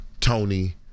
Tony